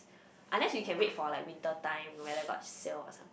unless you can wait for like winter time whether got sale or something